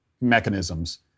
mechanisms